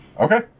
Okay